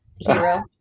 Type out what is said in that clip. hero